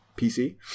PC